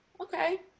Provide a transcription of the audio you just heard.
okay